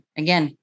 again